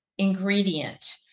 ingredient